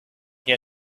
here